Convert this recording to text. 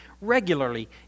regularly